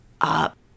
up